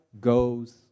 goes